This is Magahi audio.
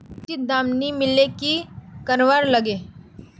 उचित दाम नि मिलले की करवार लगे?